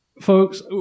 folks